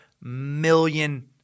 million